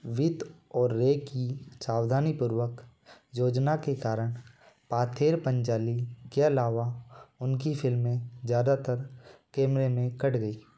वित्त और रे की सावधानीपूर्वक योजना के कारण पाथेर पंचाली के अलावा उनकी फिल्में ज्यादातर कैमरे में कट गई